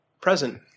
present